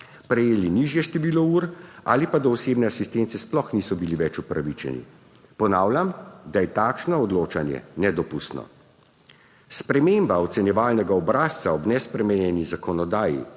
prejeli nižje število ur ali pa do osebne asistence sploh niso bili več upravičeni. Ponavljam, da je takšno odločanje nedopustno. Sprememba ocenjevalnega obrazca ob nespremenjeni zakonodaji,